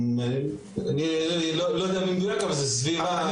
אני לא יודע במדויק אבל סביב 80%-85%.